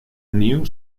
new